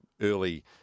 early